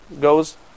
goes